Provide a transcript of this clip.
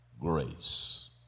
grace